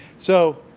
so,